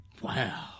Wow